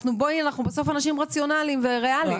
בסוף אנחנו אנשים רציונליים וריאליים.